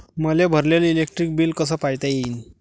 मले भरलेल electric bill कस पायता येईन?